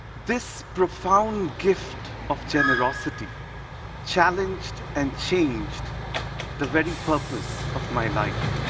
this profound gift of generosity challenged and changed the very purpose of my life.